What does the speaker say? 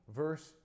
verse